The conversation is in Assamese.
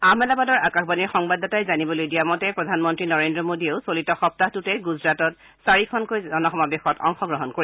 আহমেদাবাদৰ আকাশবাণীৰ সংবাদদাতাই জানিবলৈ দিয়া মতে প্ৰধানমন্ত্ৰী নৰেন্দ্ৰ মোদীয়েও চলিত সপ্তাহটোতে গুজৰাটত চাৰিখনকৈ জনাসমাৱেশত অংশগ্ৰহণ কৰিব